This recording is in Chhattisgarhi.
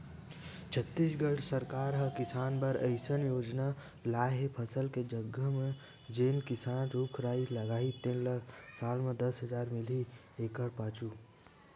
छत्तीसगढ़ सरकार ह किसान बर अइसन योजना लाए हे फसल के जघा म जेन किसान रूख राई लगाही तेन ल साल म दस हजार मिलही एकड़ पाछू